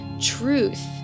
Truth